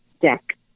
Deck